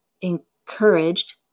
encouraged